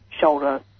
shoulder